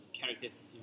characters